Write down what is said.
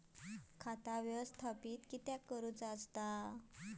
खाता व्यवस्थापित किद्यक करुचा?